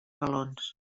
galons